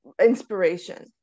inspiration